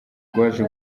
rwaje